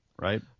right